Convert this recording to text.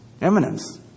Eminence